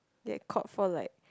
get caught for like